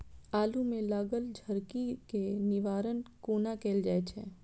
आलु मे लागल झरकी केँ निवारण कोना कैल जाय छै?